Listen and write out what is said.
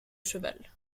cheval